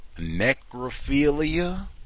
Necrophilia